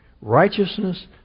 Righteousness